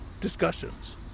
discussions